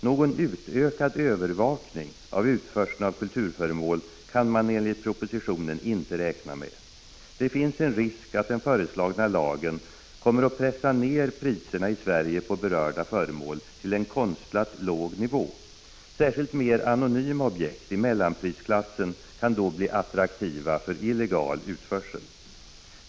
Någon utökad övervakning av utförseln av kulturföremål kan man enligt propositionen inte räkna med. Det finns en risk att den föreslagna lagen kommer att pressa ner priserna i Sverige på berörda föremål till en konstlat låg nivå. Särskilt mer anonyma objekt i mellanprisklassen kan då bli attraktiva för illegal utförsel.